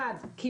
הדבר הראשון,